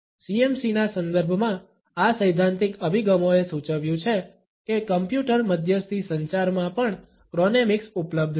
CMCના સંદર્ભમાં આ સૈદ્ધાંતિક અભિગમોએ સૂચવ્યું છે કે કમ્પ્યુટર મધ્યસ્થી સંચારમાં પણ ક્રોનેમિક્સ ઉપલબ્ધ છે